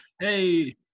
Hey